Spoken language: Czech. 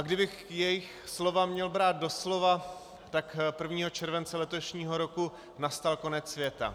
Kdybych jejich slova měl brát doslova, tak 1. července letošního roku nastal konec světa.